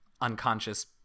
unconscious